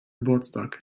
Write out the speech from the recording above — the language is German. geburtstag